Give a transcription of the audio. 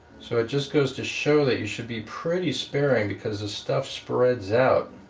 so it just goes to show that you should be pretty sparing because the stuff spreads out